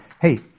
Hey